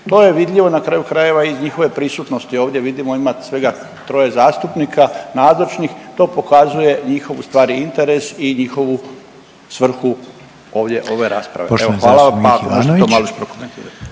to je vidljivo na kraju krajeva iz njihove prisutnosti ovdje, vidimo ima svega troje zastupnika nazočnih to pokazuje njihov ustvari interes i njihovu svrhu ovdje ove rasprave. …/Upadica Reiner: Poštovani